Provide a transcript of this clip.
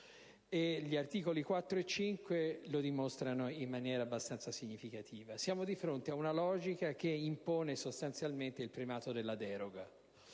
Gli articoli 4 e 5 lo dimostrano in maniera abbastanza significativa. Siamo di fronte ad una logica che impone il primato della deroga.